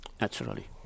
naturally